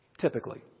Typically